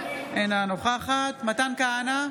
אינה נוכחת מתן כהנא,